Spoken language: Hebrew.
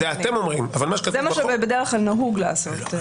זה מה שבדרך כלל נהוג לעשות.